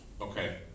Okay